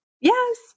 Yes